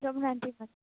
ரொம்ப நன்றி மேம்